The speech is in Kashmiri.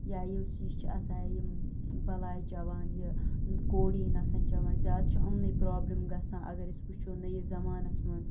یا یُس یہِ چھُ آسان یِم بَلایہِ چیٚوان یہِ کوڈیٖن آسان چیٚوان زیادٕ چھُ یِمنٕے پرٛابلِم گژھان اَگر أسۍ وُچھو نٔوِس زَمانَس منٛز